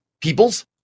peoples